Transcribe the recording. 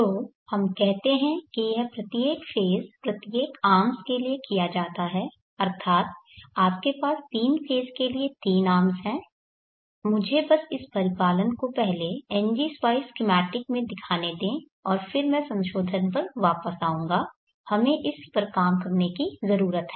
तो हम कहते हैं कि यह प्रत्येक फेज़ प्रत्येक आर्म्स के लिए किया जाता है अर्थात् आपके पास तीन फेज़ के लिए तीन आर्म्स है मुझे बस इस परिपालन को पहले Ngspice स्कीमैटिक में दिखाने दें और फिर मैं संशोधन पर वापस आऊंगा हमें इस पर काम करने की जरूरत है